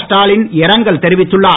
ஸ்டாலின் இரங்கல் தெரிவித்துள்ளார்